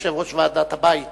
יושב-ראש ועדת הבית,